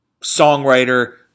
songwriter